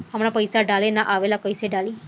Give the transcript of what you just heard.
हमरा पईसा डाले ना आवेला कइसे डाली?